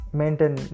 maintain